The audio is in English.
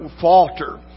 falter